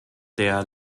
der